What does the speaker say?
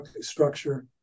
structure